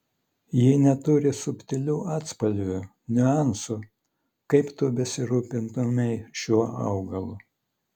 ji neturi subtilių atspalvių niuansų kaip tu besirūpintumei šiuo augalu